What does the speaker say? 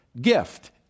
gift